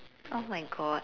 oh my god